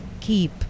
keep